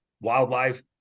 wildlife